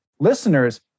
Listeners